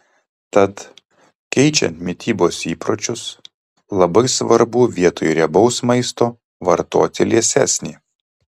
tad keičiant mitybos įpročius labai svarbu vietoj riebaus maisto vartoti liesesnį